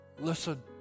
listen